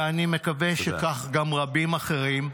ואני מקווה שכך גם רבים אחרים.